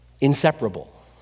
Inseparable